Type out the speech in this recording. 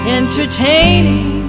entertaining